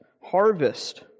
harvest